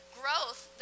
growth